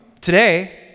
today